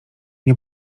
nie